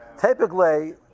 Typically